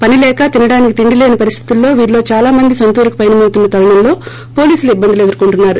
పనిలేక తినడానికి తిండిలేని పరిస్లితిలో వీరిలో చాలామంది నొంతూరికి పయనమవుతున్న తరుణంలో పోలీసులు ఇబ్బందులు ఎదుర్కోంటున్నారు